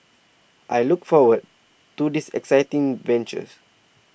I look forward to this exciting venture